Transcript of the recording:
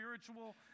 spiritual